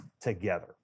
together